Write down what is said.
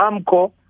AMCO